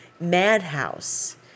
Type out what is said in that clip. madhouse